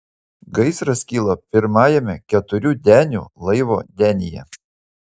gaisras kilo pirmajame keturių denių laivo denyje